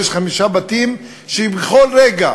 יש חמישה בתים שבכל רגע,